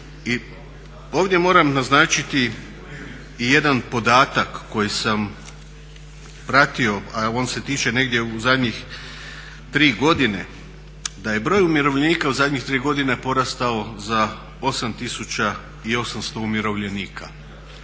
ovdje moram naznačiti i jedan podatak koji sam pratio, a on se tiče negdje u zadnjih 3 godine da je broj umirovljenika u zadnjih 3 godine porastao za 8 800 umirovljenika,